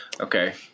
okay